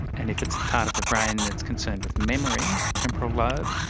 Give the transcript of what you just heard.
and if it's the part of the brain that's concerned with memory, temporal lobe,